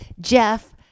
Jeff